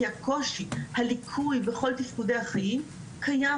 כי הקושי הליקוי בכל תפקודי החיים קיים